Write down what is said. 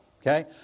Okay